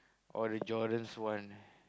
or the Jordan's one